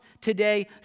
today